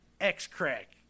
X-Crack